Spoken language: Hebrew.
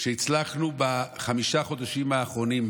שהצלחנו בחמישה החודשים האחרונים,